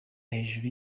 hejuru